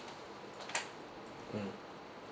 mm